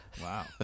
Wow